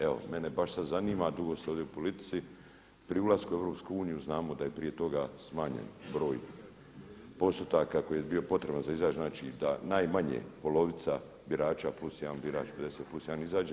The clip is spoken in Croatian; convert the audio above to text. Evo mene baš sad zanima, dugo ste ovdje u politici, pri ulasku u EU znamo da je prije toga smanjen broj postotaka koji je bio potreban za izaći, znači da najmanje polovica birača plus jedan birač, 50 plus 1 izađe.